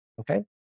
okay